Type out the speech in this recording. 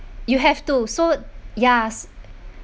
you have to so ya